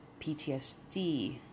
PTSD